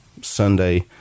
Sunday